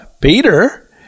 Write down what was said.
Peter